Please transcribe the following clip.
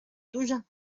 tuya